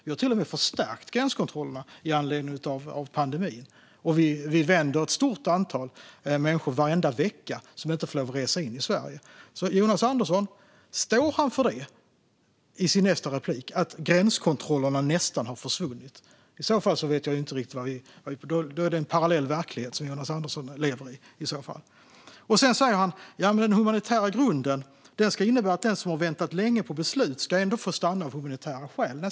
Vi har till och med förstärkt gränskontrollerna i anledning av pandemin. Vi avvisar ett stort antal människor varenda vecka som inte får lov att resa in i Sverige. Står Jonas Andersson för detta i sitt nästa inlägg - att gränskontrollerna nästan har försvunnit? I så fall är det en parallell verklighet som Jonas Andersson lever i. Sedan säger han att den humanitära grunden ska innebära att den som har väntat länge på beslut ändå får stanna av humanitära skäl.